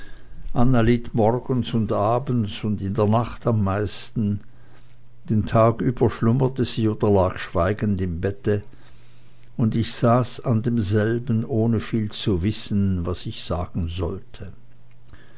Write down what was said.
anna litt morgens und abends und in der nacht am meisten den tag über schlummerte sie oder lag schweigend im bette und ich saß an demselben ohne viel zu wissen was ich sagen sollte